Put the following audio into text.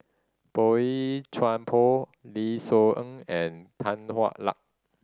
Boey Chuan Poh Lim Soo Ng and Tan Hwa Luck